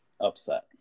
upset